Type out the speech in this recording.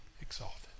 exalted